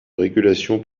régulation